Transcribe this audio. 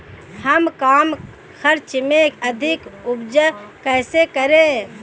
हम कम खर्च में अधिक उपज कैसे करें?